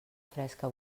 fresca